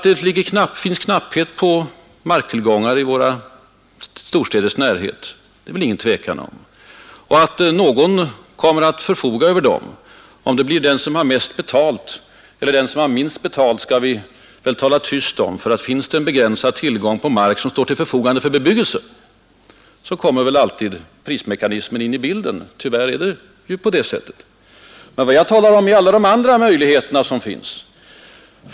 Det råder knapphet på marktillgångar i våra storstäders närhet — det är det väl ingen tvekan om. Vem som kommer att förfoga över dem — om det blir den som har mest betalt eller den som har minst betalt — behöver vi inte debattera. Finns det en begränsad tillgång på mark, som står till förfogande för bebyggelse, kommer ju alltid prismekanismen in i bilden. Tyvärr är det på det sättet. Det är bl.a. därför vi bör öka tillgångarna. Och det finns stora möjligheter.